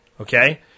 Okay